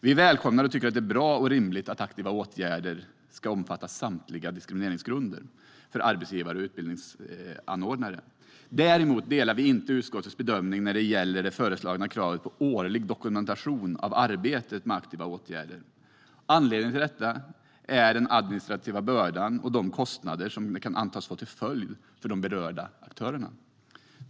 Vi välkomnar och tycker att det är bra och rimligt att aktiva åtgärder ska omfatta samtliga diskrimineringsgrunder för arbetsgivare och utbildningsanordnare. Vi delar däremot inte utskottets bedömning när det gäller det föreslagna kravet på årlig dokumentation av arbetet med aktiva åtgärder. Anledningen är den administrativa börda och de kostnader som detta kan antas få till följd för de berörda aktörerna.